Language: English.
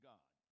God